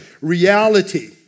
reality